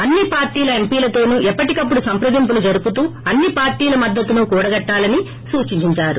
అన్న పార్టీల ఎంపీలతోను ఎప్పటికప్పుడు సంప్రదింపులు జరుపుతూ అన్ని పార్టీల మద్దతును కూడగట్టాలని సూచించారు